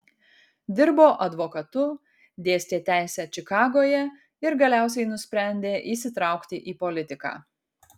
dirbo advokatu dėstė teisę čikagoje ir galiausiai nusprendė įsitraukti į politiką